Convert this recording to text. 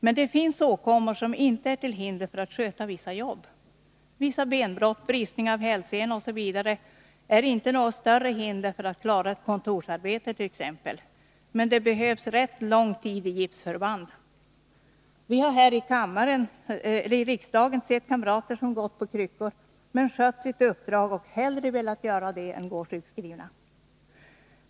Men det finns åkommor som inte är till hinder för att sköta vissa jobb. Vissa benbrott, bristning av hälsena osv. är inte något större hinder för att klara t.ex. ett kontorsarbete. Men det behövs rätt lång tid i gipsförband. Vi har här i riksdagen sett kamrater som gått på kryckor men som har skött sitt uppdrag och hellre velat göra det än gå sjukskrivna.